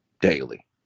daily